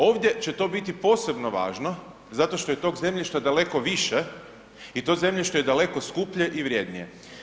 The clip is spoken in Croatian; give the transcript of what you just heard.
Ovdje će to biti posebno važno zato što je tog zemljišta daleko više i to zemljište daleko skuplje i vrjednije.